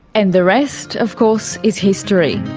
and the rest, of course, is history.